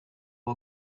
aba